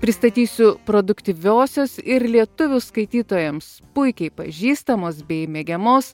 pristatysiu produktyviosios ir lietuvių skaitytojams puikiai pažįstamos bei mėgiamos